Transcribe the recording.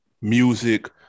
music